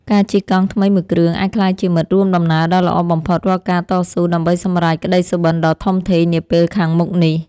ការជិះកង់ថ្មីមួយគ្រឿងអាចក្លាយជាមិត្តរួមដំណើរដ៏ល្អបំផុតរាល់ការតស៊ូដើម្បីសម្រេចក្ដីសុបិនដ៏ធំធេងនាពេលខាងមុខនេះ។